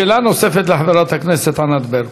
שאלה נוספת לחברת הכנסת ענת ברקו.